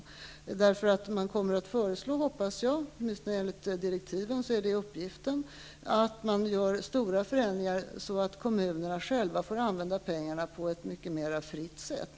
Jag hoppas att kommittéen kommer att föreslå -- det är åtminstone uppgiften enligt direktiven -- stora förändringar så att kommunerna själva får använda pengarna på ett friare sätt.